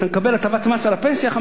אתה מקבל הטבת מס של 50% על הפנסיה.